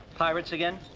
pirates again?